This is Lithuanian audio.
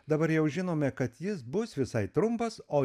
dabar jau žinome kad jis bus visai trumpas o